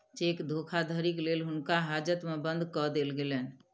cheque धोखाधड़ीक लेल हुनका हाजत में बंद कअ देल गेलैन